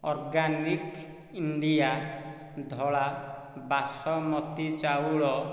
organic India ଧଳା ବାସମତୀ ଚାଉଳ